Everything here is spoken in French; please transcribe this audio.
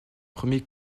premier